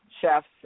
chefs